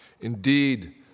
Indeed